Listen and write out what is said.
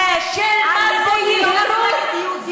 אם מישהו רוצה לצייר קריקטורה של מה זו יהירות,